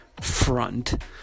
front